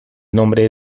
nombre